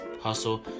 hustle